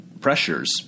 pressures